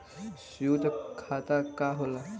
सयुक्त खाता का होला?